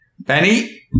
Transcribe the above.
Benny